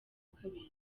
kabiri